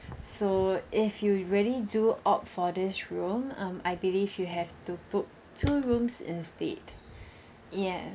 so if you really do opt for this room um I believe you have to book two rooms instead yes